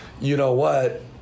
you-know-what